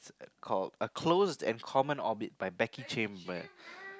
called a closed and common orbit by Becky-Chambers